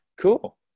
cool